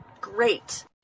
great